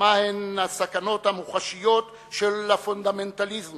מהן הסכנות המוחשיות של הפונדמנטליזם